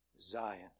Zion